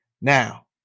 Now